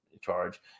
charge